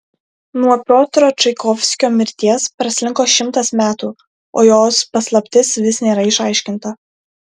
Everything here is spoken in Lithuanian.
nuo piotro čaikovskio mirties praslinko šimtas metų o jos paslaptis vis nėra išaiškinta